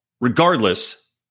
regardless